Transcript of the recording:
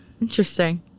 Interesting